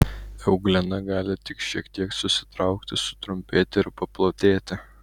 euglena gali tik šiek tiek susitraukti sutrumpėti ir paplatėti